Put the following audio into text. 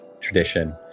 tradition